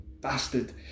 bastard